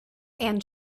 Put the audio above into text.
and